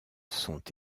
sont